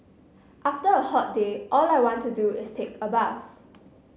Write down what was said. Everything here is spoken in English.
after a hot day all I want to do is take a bath